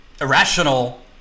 irrational